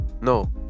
No